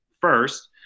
first